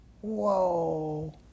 Whoa